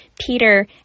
Peter